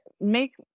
make